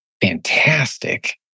fantastic